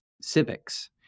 civics